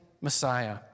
Messiah